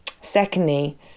Secondly